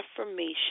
affirmation